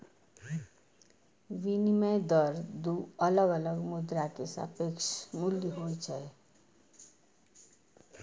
विनिमय दर दू अलग अलग मुद्रा के सापेक्ष मूल्य होइ छै